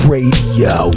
Radio